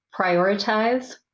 prioritize